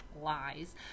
lies